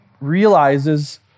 realizes